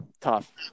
tough